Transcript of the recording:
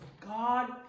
God